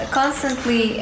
constantly